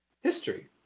history